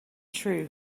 true